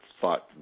thought